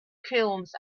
kilns